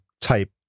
type